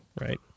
right